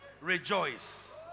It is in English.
Rejoice